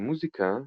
במוזיקה,